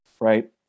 right